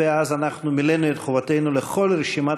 ואז אנחנו מילאנו את חובתנו לכל רשימת